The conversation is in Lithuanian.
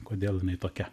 kodėl jinai tokia